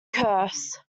curse